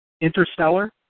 Interstellar